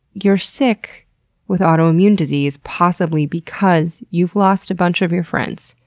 you're sick with autoimmune disease possibly because you've lost a bunch of your friends,